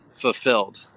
fulfilled